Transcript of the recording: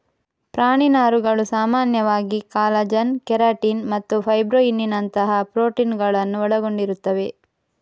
ಪ್ರಾಣಿ ನಾರುಗಳು ಸಾಮಾನ್ಯವಾಗಿ ಕಾಲಜನ್, ಕೆರಾಟಿನ್ ಮತ್ತು ಫೈಬ್ರೊಯಿನ್ನಿನಂತಹ ಪ್ರೋಟೀನುಗಳನ್ನು ಒಳಗೊಂಡಿರುತ್ತವೆ